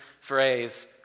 phrase